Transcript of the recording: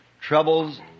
troubles